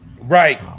right